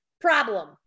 problem